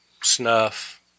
snuff